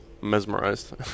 mesmerized